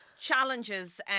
challenges